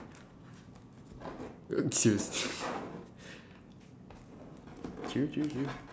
seriously true true true